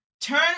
turn